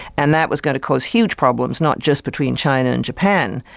and that was going to cause huge problems, not just between china and japan,